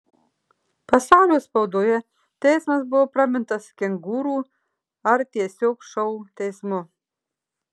pasaulio spaudoje teismas buvo pramintas kengūrų ar tiesiog šou teismu